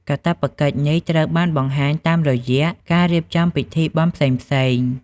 កាតព្វកិច្ចនេះត្រូវបានបង្ហាញតាមរយៈការរៀបចំពិធីបុណ្យផ្សេងៗ។